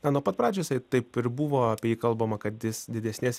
na nuo pat pradžių jisai taip ir buvo apie jį kalbama kad jis didesnės